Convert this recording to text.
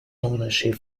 ownership